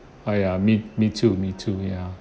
!aiya! me me too me too ya